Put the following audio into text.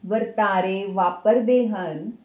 ਵਰਤਾਰੇ ਵਾਪਰਦੇ ਹਨ